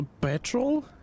petrol